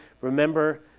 remember